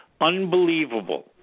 unbelievable